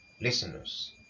listeners